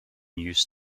used